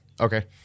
Okay